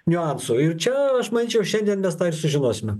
niuansų ir čia aš manyčiau šiandien mes tą ir sužinosime